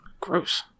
Gross